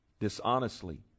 dishonestly